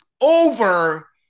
over